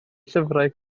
llyfrau